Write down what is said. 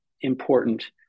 important